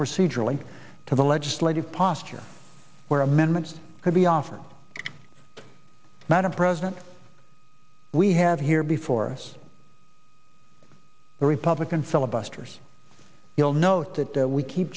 procedurally to the legislative posture where amendments could be offered madam president we have here before us the republican filibusters you'll note that we keep